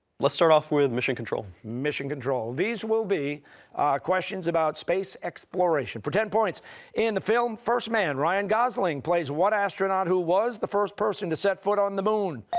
let's start off with mission control. costa mission control, these will be questions about space exploration. for ten points in the film first man, ryan gosling plays what astronaut who was the first person to set foot on the moon?